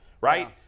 Right